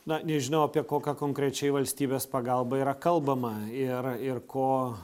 na nežinau apie kokią konkrečiai valstybės pagalbą yra kalbama ir ir ko